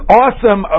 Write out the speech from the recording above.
awesome